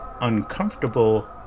Uncomfortable